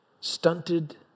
stunted